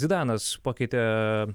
zidanas pakeitė